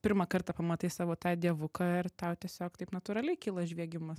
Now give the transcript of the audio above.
pirmą kartą pamatai savo tą dievuką ir tau tiesiog taip natūraliai kyla žviegimas